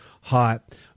hot